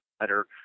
Letter